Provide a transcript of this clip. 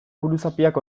buruzapiak